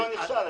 שהראשון נכשל,